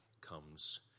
comes